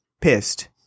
pissed